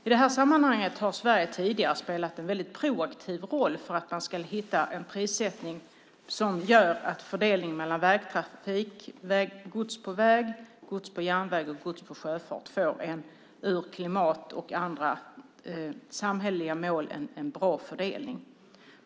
I det här sammanhanget har Sverige tidigare spelat en väldigt proaktiv roll för att man ska hitta en prissättning som gör att fördelningen mellan gods på väg, gods på järnväg och gods i sjöfart får en för klimatmål och andra samhälleliga mål bra fördelning.